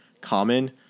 common